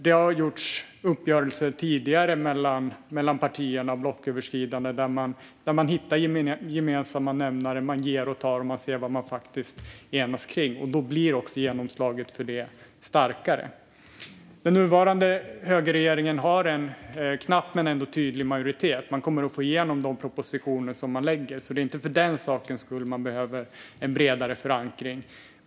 Det har gjorts blocköverskridande uppgörelser mellan partier tidigare där man hittar gemensamma nämnare, ger och tar och ser vad man kan enas om. Då blir också genomslaget starkare. Den nuvarande högerregeringen har en knapp men ändå tydlig majoritet. Man kommer att få igenom de propositioner som man lägger fram, så det är inte för den sakens skull man behöver bredare förankring.